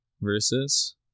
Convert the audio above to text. versus